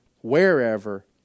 wherever